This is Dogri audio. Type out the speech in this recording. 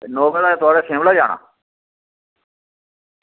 ते इनोवा थुआढ़े शिमला जाना